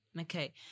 okay